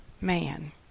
man